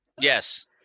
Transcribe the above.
Yes